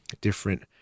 different